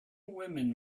women